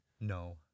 No